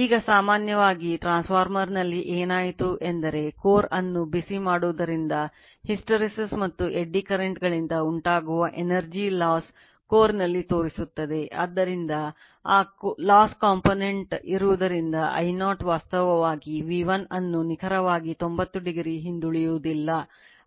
ಈಗ ಸಾಮಾನ್ಯವಾಗಿ ಟ್ರಾನ್ಸ್ಫಾರ್ಮರ್ನಲ್ಲಿ ಏನಾಯಿತು ಎಂದರೆ ಕೋರ್ ಅನ್ನು ಬಿಸಿ ಮಾಡುವುದರಿಂದ ಹಿಸ್ಟರೆಸಿಸ್ ವು ಇರುವುದರಿಂದ I0 ವಾಸ್ತವವಾಗಿ V1 ಅನ್ನು ನಿಖರವಾಗಿ 90o ಹಿಂದುಳಿಯುವುದಿಲ್ಲ